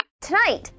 Tonight